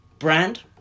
Brand